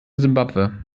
simbabwe